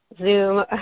Zoom